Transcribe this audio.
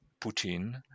putin